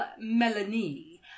melanie